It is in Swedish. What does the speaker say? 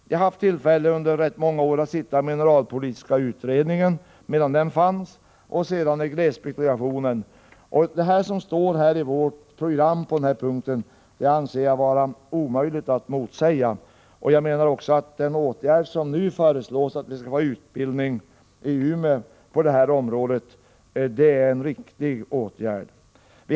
Jag har under rätt många år haft tillfälle att sitta i mineralpolitiska utredningen, medan den fanns, och sedan sitta i glesbygdsdelegationen. Det som står i vårt program på den här punkten anser jag vara omöjligt att motsäga. Jag menar också att den åtgärd som nu föreslås, att vi skall få utbildning i Umeå på detta område, är en riktig åtgärd.